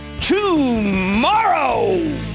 tomorrow